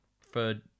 preferred